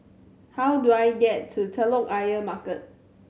how do I get to Telok Ayer Market